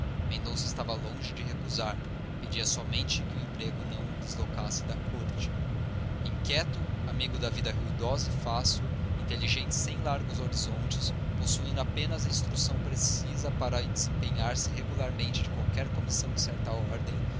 mendonça estava longe de recusar pedia somente que o emprego o não deslocasse da corte inquieto amigo da vida ruidosa e fácil inteligente sem largos horizontes possuindo apenas a instrução precisa para desempenhar se regularmente de qualquer comissão de certa ordem